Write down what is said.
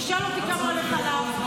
תשאל אותי כמה עולה חלב.